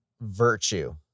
virtue